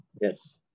Yes